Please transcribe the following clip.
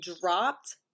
dropped